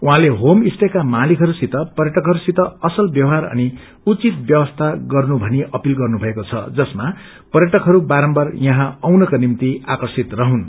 उहाँले home stay का मालिकहरूसित पर्यटकहरूसित असल व्यवहार अनि उचित व्यवस्था गरिनु भनी अपिल गर्नुभएको छ जसमा पर्यटकहरू बारम्बर यहाँ आउनुका निम्ति आकर्षित रहुन्